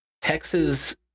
Texas